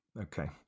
okay